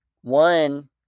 one